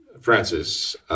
Francis